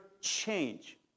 change